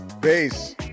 Bass